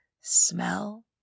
smell